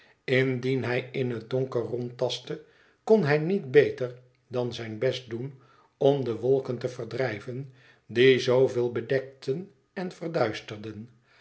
indien hij in het donker rondtastte kon hij niet beter dan zijn best doen om de wolken te verdrijven die zooveel bedekten en verduisterden